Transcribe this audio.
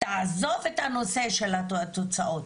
תעזוב את הנושא של התוצאה,